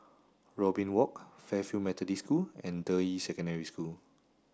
Robin Walk Fairfield Methodist School and Deyi Secondary School